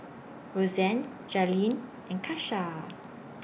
Rozanne Jailene and Kesha